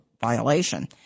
violation